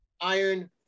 Iron